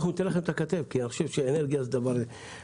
אנחנו ניתן לכם את הכתף כי אני חושב שאנרגיה זה דבר חשוב.